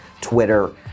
Twitter